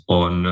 on